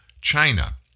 China